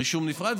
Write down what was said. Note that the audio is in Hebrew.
רישום נפרד,